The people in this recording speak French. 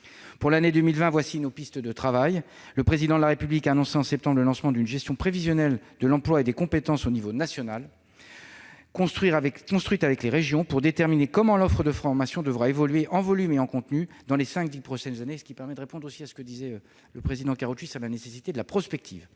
Pour l'année 2020, voici quelles sont nos pistes de travail. Le Président de la République a annoncé, en septembre, le lancement d'une gestion prévisionnelle de l'emploi et des compétences au niveau national, construite avec les régions, pour déterminer comment l'offre de formation devra évoluer en volume et en contenu dans les cinq à dix prochaines années. Cela renvoie aux propos de M. Karoutchi sur la nécessité de la prospective.